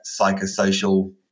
psychosocial